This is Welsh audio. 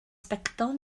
sbectol